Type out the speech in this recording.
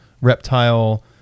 reptile